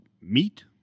meat